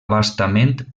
bastament